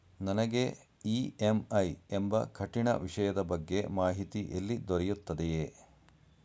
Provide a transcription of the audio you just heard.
ನನಗೆ ಇ.ಎಂ.ಐ ಎಂಬ ಕಠಿಣ ವಿಷಯದ ಬಗ್ಗೆ ಮಾಹಿತಿ ಎಲ್ಲಿ ದೊರೆಯುತ್ತದೆಯೇ?